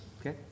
Okay